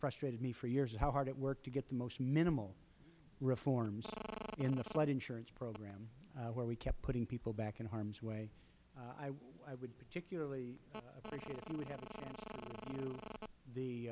frustrated me for years how hard it worked to get the most minimal reforms in the flood insurance program where we kept putting people back in harm's way i would particularly